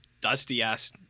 dusty-ass